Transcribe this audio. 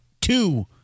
two